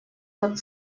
тот